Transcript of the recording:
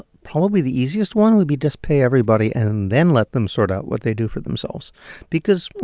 probably the easiest one would be just pay everybody, and then let them sort out what they do for themselves because,